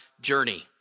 journey